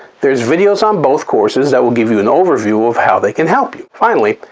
there's videos on both courses that will give you an overview of how they can help you. finally,